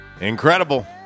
Incredible